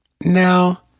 Now